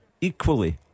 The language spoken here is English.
equally